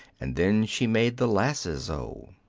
and then she made the lasses, o.